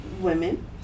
women